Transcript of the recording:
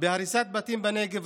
בהריסת בתים בנגב,